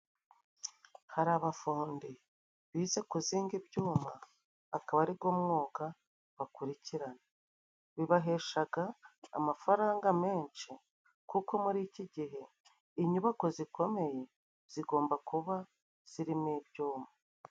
Hari abafundi bize ku zinga ibyuma, akaba ari go mwuga bakurikirana, bibaheshaga amafaranga menshi kuko muri iki gihe inyubako zikomeye zigomba kuba zirimo ibyuma.